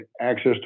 access